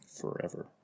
Forever